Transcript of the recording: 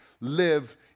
live